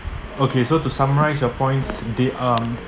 okay so to summarise your points they um